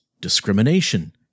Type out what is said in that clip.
discrimination